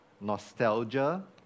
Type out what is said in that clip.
nostalgia